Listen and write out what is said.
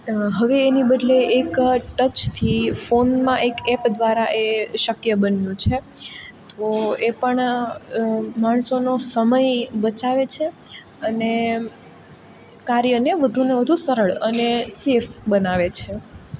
હવે એની બદલે એક ટચથી ફોનમાં એક એપ દ્વારા એ શક્ય બન્યું છે તો એ પણ માણસોનો સમય બચાવે છે અને કાર્યને વધુને વધુ સરળ અને સેફ બનાવે છે